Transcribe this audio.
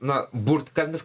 nuo burtkambis